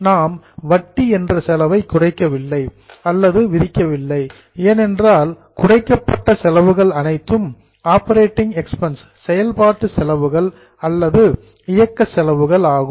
நாம் வட்டி என்ற செலவை குறைக்கவில்லை அல்லது விதிக்கவில்லை ஏனென்றால் குறைக்கப்பட்ட செலவுகள் அனைத்தும் ஆப்பரேட்டிங் எக்பென்சஸ் செயல்பாட்டு செலவுகள் அல்லது இயக்க செலவுகள் ஆகும்